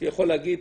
אפשר להגיד,